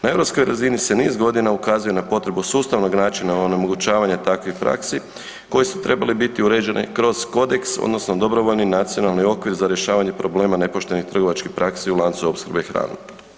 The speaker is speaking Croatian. Na europskoj razini se niz godina ukazuje na potrebu sustavnog načina onemogućavanja takvih praksi koje su trebale biti uređene kroz kodeks odnosno dobrovoljni nacionalni okvir za rješavanje problema nepoštenih trgovačkih praksi u lancu opskrbe hranom.